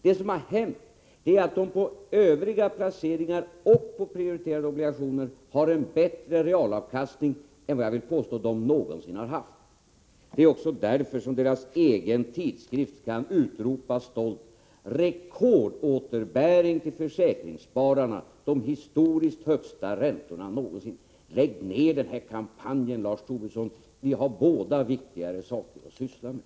Det som har hänt är att försäkringsbolagen på övriga placeringar och på prioriterade obligationer har en bättre realavkastning än — skulle jag vilja påstå — vad de någonsin har haft. Det är därför man i deras egen tidskrift stolt kan utropa att det är rekordåterbäring till försäkringsspararna, med de högsta räntorna någonsin. Lägg ned den här kampanjen, Lars Tobisson! Vi har båda viktigare saker att syssla med.